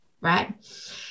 right